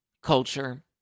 Culture